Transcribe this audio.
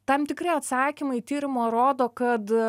tam tikri atsakymai tyrimo rodo kad